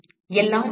எல்லாம் சரி